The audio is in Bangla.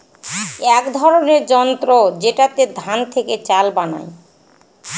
এক ধরনের যন্ত্র যেটাতে ধান থেকে চাল বানায়